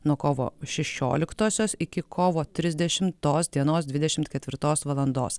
nuo kovo šešioliktosios iki kovo trisdešimtos dienos dvidešimt ketvirtos valandos